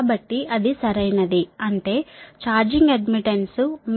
కాబట్టి అది సరైనది అంటే ఛార్జింగ్ అడ్మిట్టన్స్ CVR2